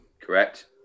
Correct